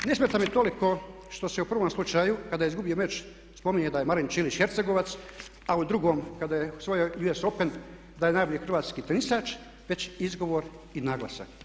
Ne smeta me toliko što se u prvom slučaju kada je izgubio meč spominje da je Marin Ćilić Hercegovac, a u drugom kada je osvojio US Open da je najbolji hrvatski tenisač već izgovor i naglasak.